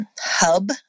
hub